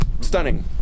Stunning